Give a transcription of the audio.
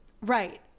Right